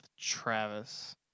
Travis